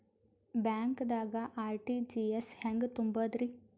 ಬ್ಯಾಂಕ್ದಾಗ ಆರ್.ಟಿ.ಜಿ.ಎಸ್ ಹೆಂಗ್ ತುಂಬಧ್ರಿ?